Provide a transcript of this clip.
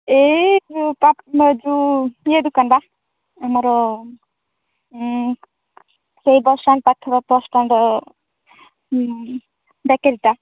ଏ ପାଖ ଯୋଉ ଇଏ ଦୋକାନ ବା ଆମର ସେଇ ବସ୍ ଷ୍ଟାଣ୍ଡ୍ ପାଖରେ ବେକେରୀଟା